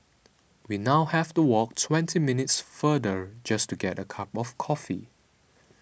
we now have to walk twenty minutes farther just to get a cup of coffee